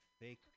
fake